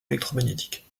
électromagnétique